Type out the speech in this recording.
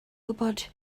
gwybod